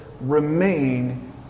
remain